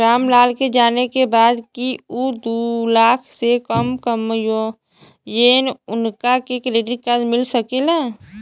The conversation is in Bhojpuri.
राम लाल के जाने के बा की ऊ दूलाख से कम कमायेन उनका के क्रेडिट कार्ड मिल सके ला?